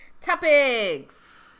Topics